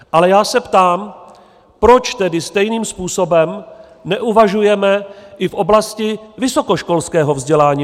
Ale já se ptám, proč tedy stejným způsobem neuvažujeme i v oblasti vysokoškolského vzdělání.